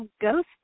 ghost